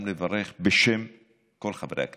גם לברך בשם כל חברי הכנסת,